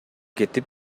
кетип